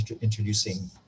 introducing